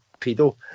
pedo